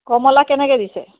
কমলা কেনেকৈ দিছে